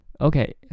Okay